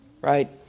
Right